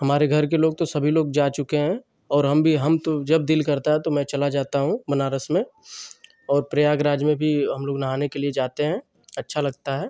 हमारे घर के लोग तो सभी लोग जा चुके हैं और हम भी हम तो जब दिल करता है तो मैं चला जाता हूँ बनारस में और प्रयागराज में भी हम लोग नहाने के लिए जाते हैं अच्छा लगता है